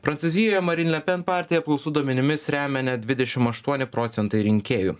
prancūzijoje marin le pen partiją apklausų duomenimis remia net dvidešimt aštuoni procentai rinkėjų